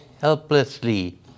helplessly